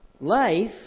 Life